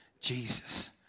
Jesus